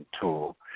tool